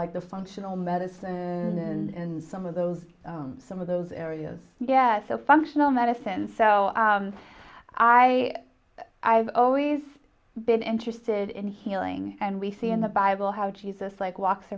like the functional medicine in some of those some of those areas yeah so functional medicine so i i've always been interested in healing and we see in the bible how jesus like walks